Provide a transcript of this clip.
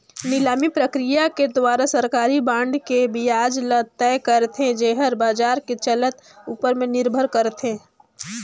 निलामी प्रकिया के दुवारा सरकारी बांड के बियाज ल तय करथे, येहर बाजार के चलत ऊपर में निरभर करथे